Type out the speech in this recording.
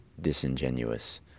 disingenuous